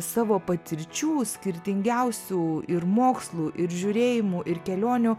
savo patirčių skirtingiausių ir mokslų ir žiūrėjimų ir kelionių